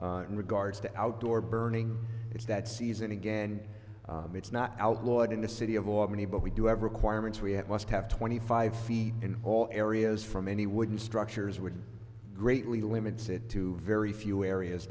in regards to outdoor burning is that season again it's not outlawed in the city of albany but we do have requirements we must have twenty five feet in all areas from any wooden structures would greatly limits it to very few areas